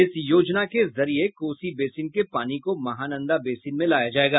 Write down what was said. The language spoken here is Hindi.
इस योजना के जरिये कोसी बेसिन के पानी को महानंदा बेसिन में लाया जायेगा